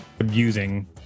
abusing